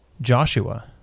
Joshua